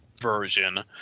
version